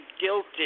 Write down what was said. guilty